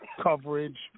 coverage